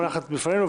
מונחת בפנינו,